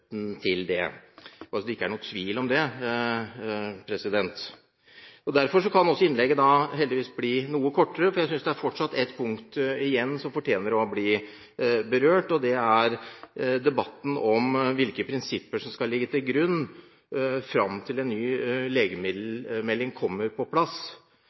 til det – bare så det ikke er noen tvil om det. Derfor kan innlegget heldigvis bli noe kortere. Jeg synes fortsatt det er et punkt igjen som fortjener å bli berørt, og det er debatten om hvilke prinsipper som skal ligge til grunn fram til en ny legemiddelmelding kommer på plass.